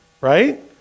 right